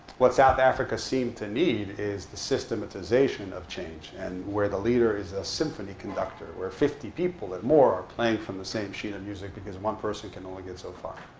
what south africa seemed to need is the systematization of change, and where the leader is a symphony conductor, where fifty people and more are playing from the same sheet of music. because one person can only get so far.